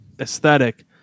aesthetic